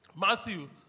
Matthew